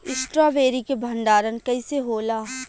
Strawberry के भंडारन कइसे होला?